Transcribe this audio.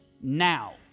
now